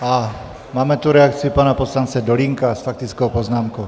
A máme tu reakci pana poslance Dolínka s faktickou poznámkou.